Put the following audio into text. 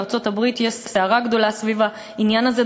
בארצות-הברית יש סערה גדולה סביב העניין הזה.